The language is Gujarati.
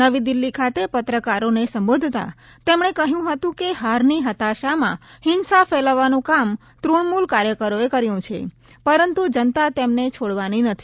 નવી દિલ્હી ખાતે પત્રકારોને સંબોધતા તેમણે કહ્યું હતું કે હારની હતાશામાં હિંસા ફેલાવવાનું કામ તૃણમુલ કાર્યકરોએ કર્યું છે પરંતુ જનતા તેમને છોડવાની નથી